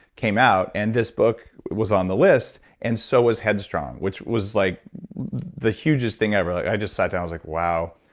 came out. and this book was on the list and so was head strong, which was like the hugest thing ever like i just sat down and was like, wow.